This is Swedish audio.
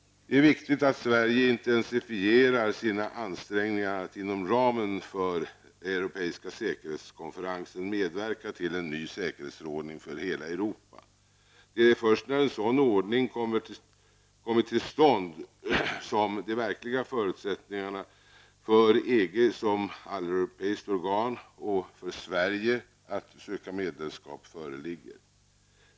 Det är viktigt att Sverige intensifierar sina ansträngningar att inom ramen för Europeiska säkerhetskonferensen medverka till en ny säkerhetsordning för hela Europa. Det är först när en sådan säkerhetsordning kommer till stånd som de verkliga förutsättningarna för EG som alleuropeiskt organ och för Sverige att söka medlemskap föreligger.